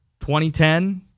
2010